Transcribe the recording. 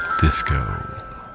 disco